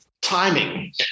timing